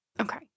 Okay